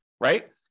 right